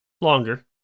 longer